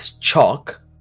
chalk